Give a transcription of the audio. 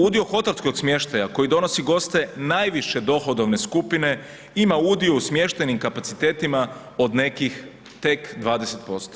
Udio hotelskog smještaja koji donosi goste najviše dohodovne skupine ima udio u smještajnim kapacitetima od nekih tek 20%